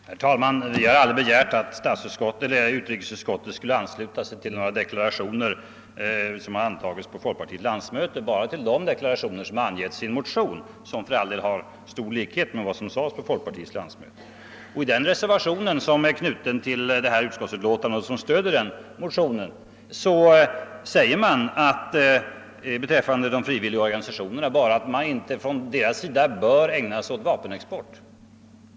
Herr talman! Vi har aldrig begärt att utrikesutskottet skulle ansluta sig till några deklarationer som har antagits på folkpartiets landsmöte, bara till en motion, vilken för all del har stor likhet med vad som sades på folkpartiets landsmöte. I den reservation som är knuten till utskottets utlåtande och som stöder motionen sägs det beträffande de frivilliga organisationerna bara att de inte bör ägna sig åt vapenexport.